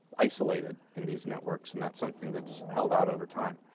isolated in these networks and that's something that's held out over time.